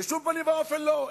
בשום פנים ואופן לא.